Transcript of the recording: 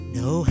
no